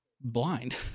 blind